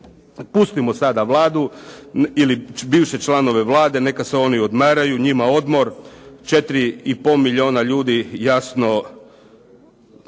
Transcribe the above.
Pustimo sada Vladu ili bivše članove Vlade, neka se oni odmaraju, njima odmor, 4 i pol milijona ljudi jasno